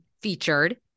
featured